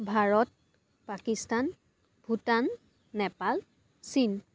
ভাৰত পাকিস্তান ভূটান নেপাল চীন